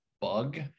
bug